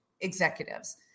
executives